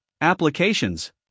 applications